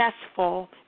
successful